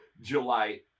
July